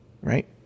right